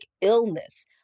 illness